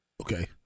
Okay